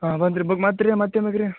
ಹಾಂ ಬಂದು ರೀ ಬುಕ್ ಮತ್ತು ರೀ ಮತ್ತೇನು ಬೇಕು ರೀ